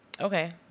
okay